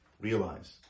realize